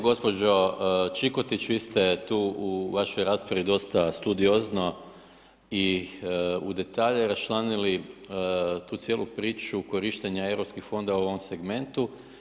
Gospođo Čikotić, vi ste tu u vašoj raspravi dosta studiozno i u detalje raščlanili tu cijelu priču korištenja Europskih fondova u ovom segmentu.